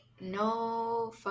no